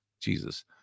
Jesus